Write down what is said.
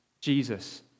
Jesus